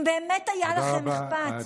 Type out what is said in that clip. אם באמת היה לכם אכפת, תודה רבה.